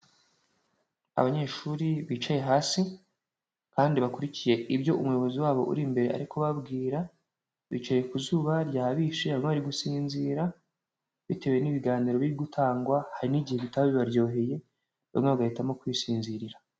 Abanyeshuri bicaye hasi, kandi bakurikiye ibyo umuyobozi wabo uri imbere ari kubabwira, bicaye ku zuba rya bishe, bamwe bari gusinzira bitewe n'ibiganiro biri gutangwa; hari n'igihe bitaba bibaryoheye, bamwe bagahitamo kwisinzirira.